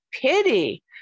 pity